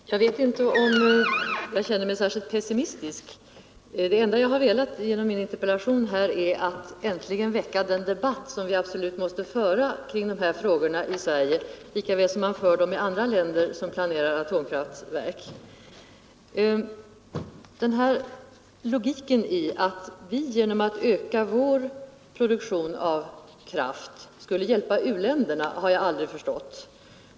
Herr talman! Jag vet inte om jag känner mig särskilt pessimistisk. Det enda jag har velat genom min interpellation är att äntligen väcka den debatt som vi absolut måste föra kring dessa frågor i Sverige lika väl som i andra länder där man planerar atomkraftverk. Logiken i att vi genom att öka vår produktion av kraft skulle hjälpa u-länderna har jag aldrig förstått.